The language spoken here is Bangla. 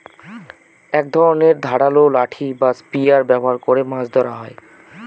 এক ধরনের ধারালো লাঠি বা স্পিয়ার ব্যবহার করে মাছ ধরা হয়